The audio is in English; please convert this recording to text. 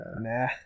nah